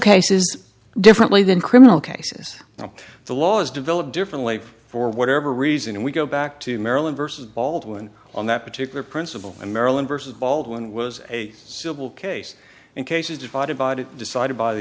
cases differently than criminal cases the laws developed differently for whatever reason and we go back to maryland versus baldwin on that particular principle and maryland versus baldwin was a civil case and cases divided by